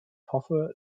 hoffe